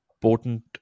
potent